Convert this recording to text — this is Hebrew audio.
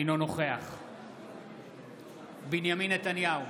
אינו נוכח בנימין נתניהו,